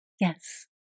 Yes